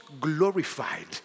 glorified